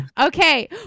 Okay